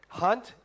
hunt